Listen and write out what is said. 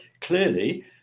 clearly